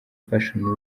fashion